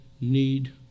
need